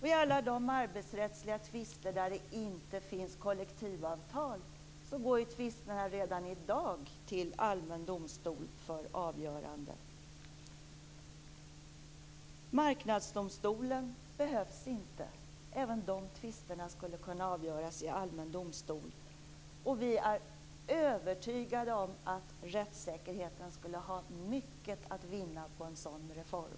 I alla de arbetsrättsliga tvister där det inte finns kollektivavtal går ju tvisterna redan i dag till allmän domstol för avgörande. Marknadsdomstolen behövs inte. Även de tvisterna skulle kunna avgöras i allmän domstol. Vi moderater är övertygade om att rättssäkerheten skulle ha mycket att vinna på en sådan reform.